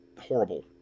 horrible